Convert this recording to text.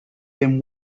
them